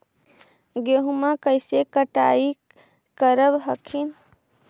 गेहुमा कैसे कटाई करब हखिन?